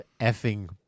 effing